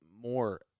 more